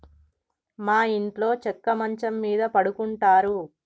మా ఇంట్లో చెక్క మంచం మీద పడుకుంటారు